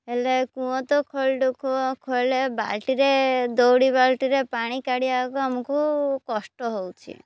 ହେଲେ କୂଅଁ ତ ଖୋଳିଳୁ କୂଅ ଖୋଳିଳୁ ବାଲ୍ଟିରେ ଦୌଡ଼ି ବାଲ୍ଟିରେ ପାଣି କାଢ଼ିବାକୁ ଆମକୁ କଷ୍ଟ ହେଉଛି